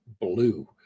blue